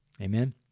Amen